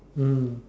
mm